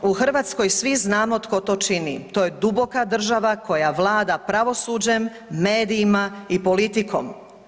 U Hrvatskoj svi znamo tko to čini, to je duboka država koja vlada pravosuđem, medijima i politikom.